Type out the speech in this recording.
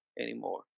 anymore